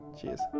cheers